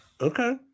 Okay